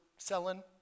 Selling